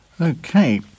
Okay